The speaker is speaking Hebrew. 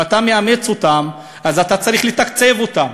אם אתה מאמץ אותן, אז אתה צריך לתקצב אותן.